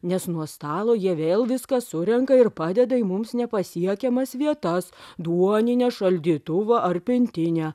nes nuo stalo jie vėl viską surenka ir padeda į mums nepasiekiamas vietas duoninę šaldytuvą ar pintinę